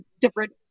different